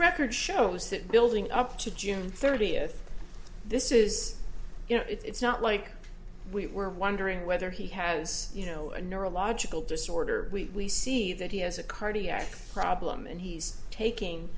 record shows that building up to june thirtieth this is you know it's not like we were wondering whether he has you know a neurological disorder we see that he has a cardiac problem and he's taking